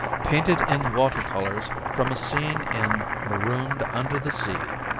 painted in water-colors from a scene in marooned under the sea.